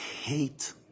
hate